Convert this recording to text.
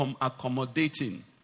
accommodating